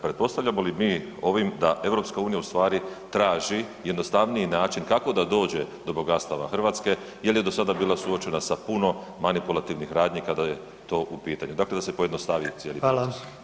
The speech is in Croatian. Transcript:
Pretpostavljamo li mi ovim da EU ustvari traži jednostavni način kako da dođe do bogatstava Hrvatske jel je do sada bila suočena sa puno manipulativnih radnji kada je to u pitanju, dakle da se pojednostavni cijeli proces.